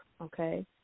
Okay